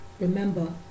remember